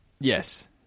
Yes